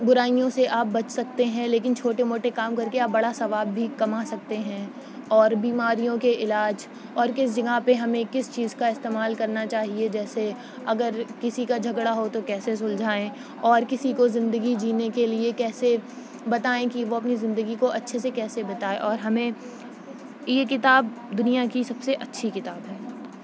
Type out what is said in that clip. برائیوں سے آپ بچ سکتے ہیں لیکن چھوٹے موٹے کام کر کے آپ بڑا ثواب بھی کما سکتے ہیں اور بیماریوں کے علاج اور کس جگہ پہ ہمیں کس چیز کا استعمال کرنا چاہیے جیسے اگر کسی کا جھگڑا ہو تو کیسے سلجھائیں اور کسی کو زندگی جینے کے لیے کیسے بتائیں کہ وہ اپنی زندگی کو اچھے سے کیسے بتائے اور ہمیں یہ کتاب دنیا کی سب سے اچھی کتاب ہے